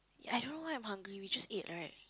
I don't know why I'm hungry we just ate right